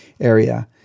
area